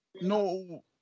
No